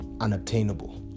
unobtainable